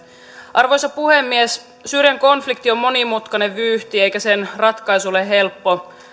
arvoisa puhemies syyrian konflikti on monimutkainen vyyhti eikä sen ratkaisu ole helppo